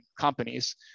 companies